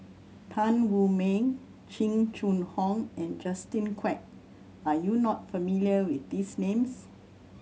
Tan Wu Meng Jing Jun Hong and Justin Quek are you not familiar with these names